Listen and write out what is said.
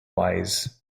wise